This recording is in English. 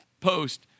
post